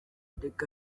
ndeka